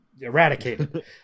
eradicated